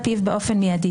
מאוזנת.